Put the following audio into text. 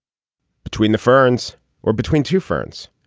between the ferns or between two ferns.